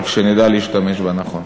רק שנדע להשתמש בה נכון.